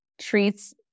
treats